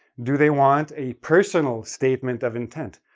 do they want a personal statement of intent?